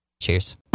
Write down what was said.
Cheers